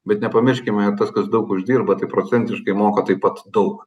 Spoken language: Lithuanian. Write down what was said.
bet nepamirškime tas kas daug uždirba tai procentiškai moka taip pat daug